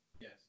Yes